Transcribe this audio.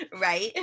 Right